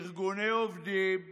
ארגוני עובדים ועוד.